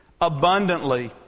abundantly